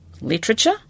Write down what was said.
Literature